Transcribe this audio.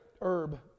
herb